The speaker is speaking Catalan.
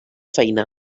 feina